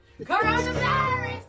Coronavirus